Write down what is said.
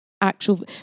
actual